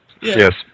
Yes